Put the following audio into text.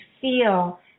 feel